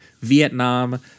Vietnam